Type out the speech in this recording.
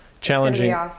challenging